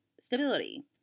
stability